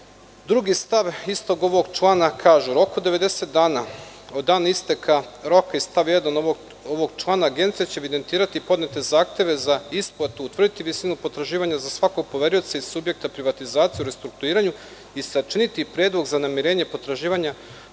stav istog ovog člana kaže „U roku od 90 dana od dana isteka roka iz stava 1. ovog člana agencija će evidentirati podnete zahteve za isplatu, utvrditi visinu potraživanja za svakog poverioca iz subjekta privatizacije u restrukturiranju i sačiniti predlog za namirenje potraživanja